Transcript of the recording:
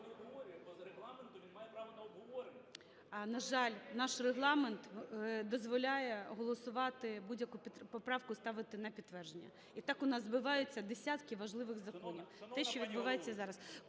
На жаль, наш Регламент дозволяє голосувати будь-яку поправку, ставити на підтвердження. І так у нас збиваються десятки важливих законів,